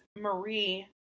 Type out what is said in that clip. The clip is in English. Marie